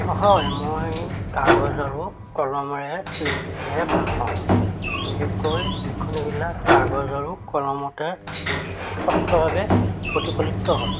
হয় মই কাগজ আৰু কলমেৰে লিখিহে ভালপাওঁ বিশেষকৈ লিখনিবিলাক কাগজ আৰু কলমতে স্পষ্টভাৱে প্ৰতিফলিত হয়